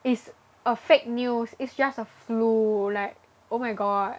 is a fake news it's just a flu like oh my god